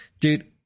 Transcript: Dude